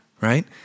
right